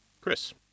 Chris